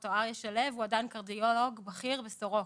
ודוקטור אריה שלו הוא עדיין קרדיולוג בכיר בסורוקה.